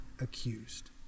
accused